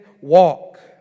walk